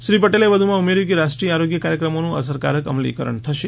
શ્રી પટેલે વધુમાં ઉમેર્યું કે રાષ્ટ્રીય આરોગ્ય કાર્યક્રમોનું અસરકારક અમલીકરણ થશે